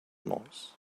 noise